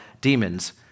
demons